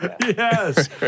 Yes